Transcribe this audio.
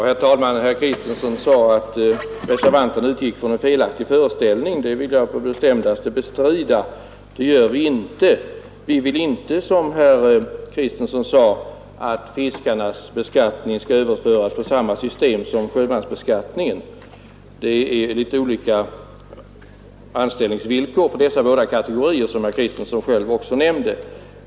Herr talman! Herr Kristenson sade att reservanterna utgick från en felaktig föreställning, men det vill jag på det bestämdaste bestrida. Vi vill inte, som herr Kristenson sade, att fiskarnas beskattning skall överföras till samma system som sjömansbeskattningen. Det är litet olika anställningsvillkor för dessa båda kategorier, vilket herr Kristenson också nämnde.